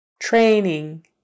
Training